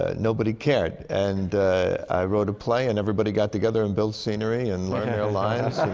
ah nobody cared. and i wrote a play, and everybody got together and built scenery and like